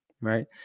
right